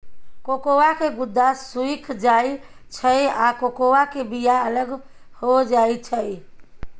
cocoa के गुद्दा सुइख जाइ छइ आ कोकोआ के बिया अलग हो जाइ छइ